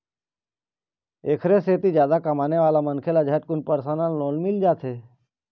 एखरे सेती जादा कमाने वाला मनखे ल झटकुन परसनल लोन मिल जाथे